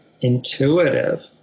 intuitive